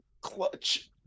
Clutch